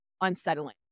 unsettling